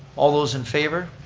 all those in favor?